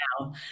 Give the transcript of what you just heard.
now